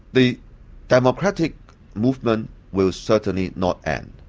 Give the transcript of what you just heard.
the democratic movement will certainly not end.